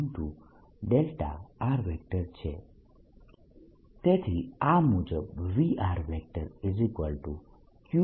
તેથી આ મુજબ VQ4π0K1r મળશે